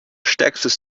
stärkstes